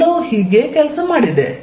ಎಲ್ಲವೂ ಹೀಗೆಯೇ ಕೆಲಸ ಮಾಡಿದೆ